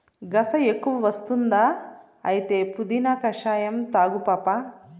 గస ఎక్కువ వస్తుందా అయితే పుదీనా కషాయం తాగు పాపా